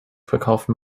verkaufen